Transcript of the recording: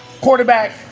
quarterback